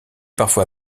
parfois